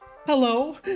Hello